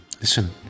listen